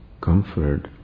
comfort